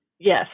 Yes